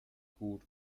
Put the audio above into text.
gut